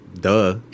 duh